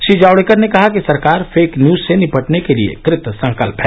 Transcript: श्री जावड़ेकर ने कहा कि सरकार फेक न्यूज से निपटने के लिए कृत संकल्प है